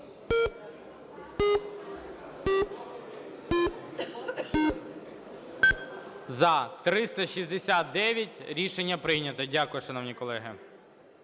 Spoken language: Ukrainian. За-369 Рішення прийнято. Дякую, шановні колеги.